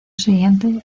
siguiente